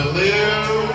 live